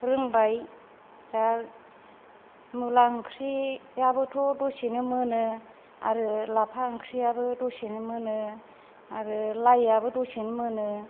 रोंबाय दा मुला ओंख्रिआबोथ' दसेनो मोनो आरो लाफा ओंख्रियाबो दसेनो मोनो आरो लाइआबो दसेनो मोनो